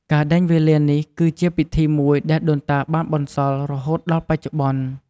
ការដេញវេលានេះគីជាពិធីមួយដែលដូនតាបានបន្សល់រហូតដល់បច្ចុប្បន្ន។